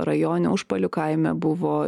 rajone užpalių kaime buvo